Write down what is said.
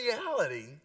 reality